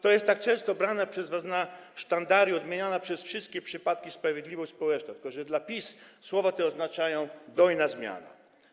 To jest tak często umieszczana przez was na sztandarach, odmieniana przez wszystkie przypadki sprawiedliwość społeczna, tylko że dla PiS słowa te oznaczają: dojna zmiana.